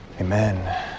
Amen